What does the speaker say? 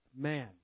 Man